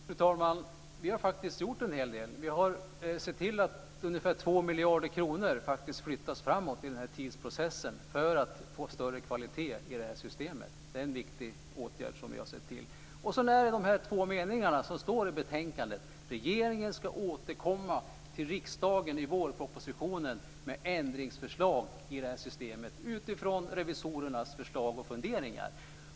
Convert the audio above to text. Fru talman! Vi har faktiskt gjort en hel del. Vi har sett till att ungefär 2 miljarder kronor flyttas framåt i den här tidsprocessen för att få större kvalitet i det här systemet. Det är en viktig åtgärd. Sedan står det i betänkandet att regeringen ska återkomma till riksdagen i vårpropositionen med ändringsförslag i det här systemet utifrån revisorernas förslag och funderingar.